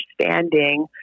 understanding